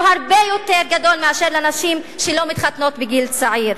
הרבה יותר גדול מאשר נגד נשים שלא מתחתנות בגיל צעיר.